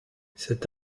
cet